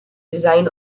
design